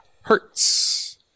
Hertz